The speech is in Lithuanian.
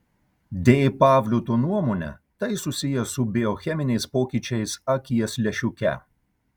d pavliuto nuomone tai susiję su biocheminiais pokyčiais akies lęšiuke